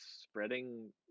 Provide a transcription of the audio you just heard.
spreading